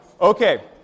Okay